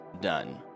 done